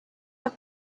are